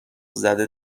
زده